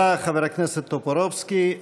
תודה לחבר הכנסת טופורובסקי.